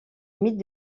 mythe